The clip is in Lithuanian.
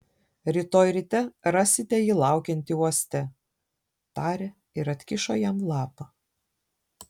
rytoj ryte rasite jį laukiantį uoste tarė ir atkišo jam lapą